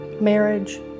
marriage